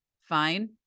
Fine